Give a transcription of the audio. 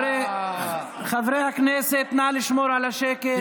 חברי הכנסת, נא לשמור על השקט.